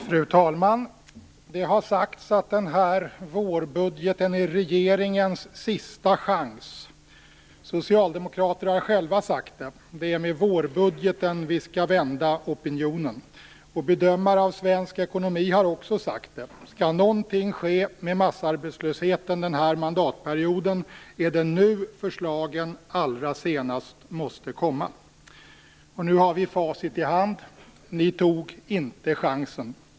Fru talman! Det har sagts att den här vårbudgeten är regeringens sista chans. Socialdemokrater har själva sagt det. Det är med vårbudgeten vi skall vända opinionen. Bedömare av svensk ekonomi har också sagt det. Skall någonting ske med massarbetslösheten den här mandatperioden är det nu förslagen allra senast måste komma. Nu har vi facit i hand. Ni tog inte chansen.